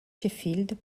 sheffield